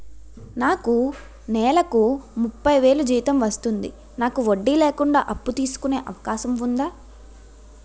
నాకు నేలకు ముప్పై వేలు జీతం వస్తుంది నాకు వడ్డీ లేకుండా అప్పు తీసుకునే అవకాశం ఉందా